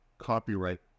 copyright